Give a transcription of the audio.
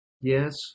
yes